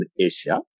Asia